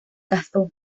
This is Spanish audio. casó